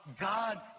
God